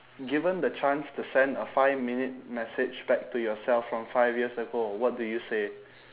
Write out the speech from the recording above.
given the chance to send a five minute message back to yourself from five years ago what do you say